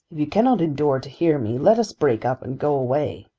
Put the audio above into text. if you cannot endure to hear me, let us break up and go away.